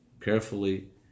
carefully